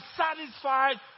satisfied